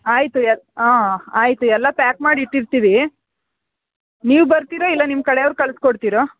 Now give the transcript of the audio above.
ಆಯಿತು ಹಾಂ ಆಯಿತು ಎಲ್ಲ ಪ್ಯಾಕ್ ಮಾಡಿ ಇಟ್ಟಿರ್ತೀವಿ ನೀವು ಬರ್ತೀರಾ ಇಲ್ಲ ನಿಮ್ಮ ಕಡೇವ್ರ ಕಳಿಸ್ಕೊಡ್ತಿರೋ